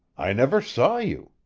i never saw you.